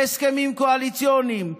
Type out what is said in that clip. והסכמים קואליציוניים,